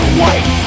white